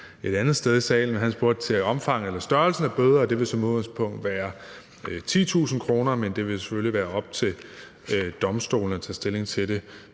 30 dage. Enhedslistens ordfører spurgte til størrelsen af bøder, og den vil som udgangspunkt være 10.000 kr., men det vil selvfølgelig være op til domstolene at tage stilling til det;